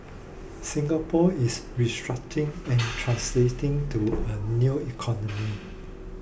Singapore is restructuring and translating to a new economy